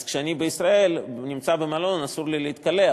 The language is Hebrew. אז כשאני נמצא במלון בישראל אסור לי להתקלח,